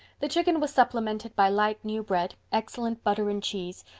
the chicken was supplemented by light new bread, excellent butter and cheese,